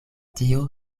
tio